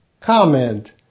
Comment